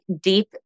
deep